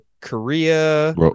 Korea